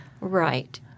Right